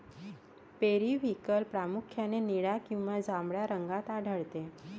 periwinkle प्रामुख्याने निळ्या आणि जांभळ्या रंगात आढळते